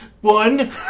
One